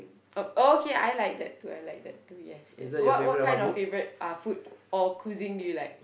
oh okay I like that too I like that too yes yes what what kind of favourite uh food or cuisine do you like